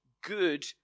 good